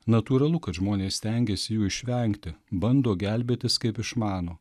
natūralu kad žmonės stengiasi jų išvengti bando gelbėtis kaip išmano